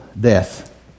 death